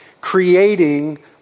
creating